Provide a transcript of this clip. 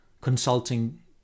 consulting